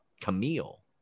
Camille